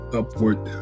upward